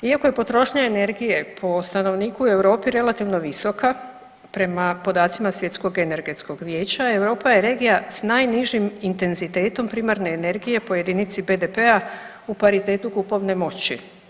Iako je potrošnja energije po stanovniku Europi relativno visoka, prema podacima Svjetskog energetskog vijeća, Europa je regija s najnižim intenzitetom primarne energije po jedinici BDP-a u paritetu kupovne moći.